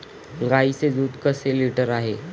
गाईचे दूध कसे लिटर आहे?